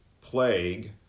plague